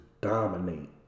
dominate